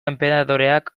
enperadoreak